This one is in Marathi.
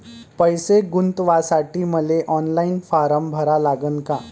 पैसे गुंतवासाठी मले ऑनलाईन फारम भरा लागन का?